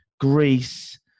Greece